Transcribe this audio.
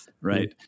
right